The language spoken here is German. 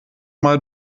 mal